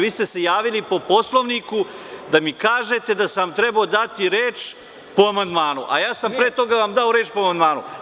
Vi ste se javili po Poslovniku da mi kažete da sam vam trebao dati reč po amandmanu, a ja sam vam pre toga dao reč po amandmanu.